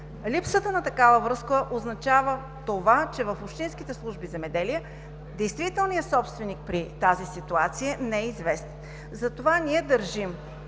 липсата на такава връзка означава, че в общинските служби „Земеделие“ действителният собственик при тази ситуация не е известен. Затова ние държим